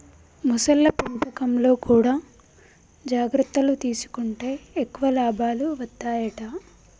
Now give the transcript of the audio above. మొసళ్ల పెంపకంలో కూడా జాగ్రత్తలు తీసుకుంటే ఎక్కువ లాభాలు వత్తాయట